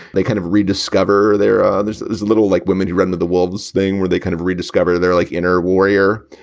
they kind of rediscover their there's there's a little like women who run to the wolves thing where they kind of rediscover their like inner warrior.